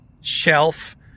shelf